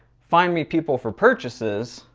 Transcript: find me people for purchases.